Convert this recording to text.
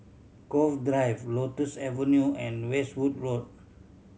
Cove Drive Lotus Avenue and Westwood Road